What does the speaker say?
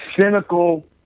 cynical